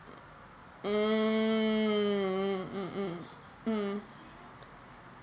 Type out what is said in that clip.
mm